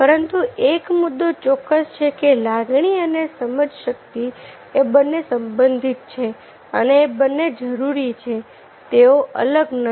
પરંતુ એક મુદ્દો ચોક્કસ છે કે લાગણી અને સમજ શક્તિ એ બંને સંબંધિત છે અને એ બંને જરૂરી છે તેઓ અલગ નથી